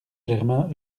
germain